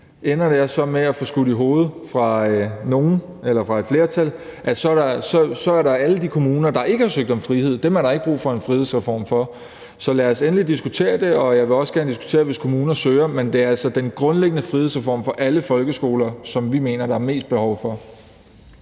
ender med at få skudt i skoene fra nogen eller fra et flertal, at alle de kommuner, der ikke har søgt om frihed, er der ikke brug for en frihedsreform for. Så lad os endelig diskutere det, og jeg vil også gerne diskutere, hvis kommuner søger, men det er altså den grundlæggende frihedsreform for alle folkeskoler, som vi mener der er mest behov for.